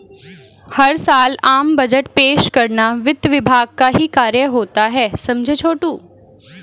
हर साल आम बजट पेश करना वित्त विभाग का ही कार्य होता है समझे छोटू